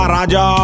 Raja